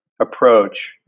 approach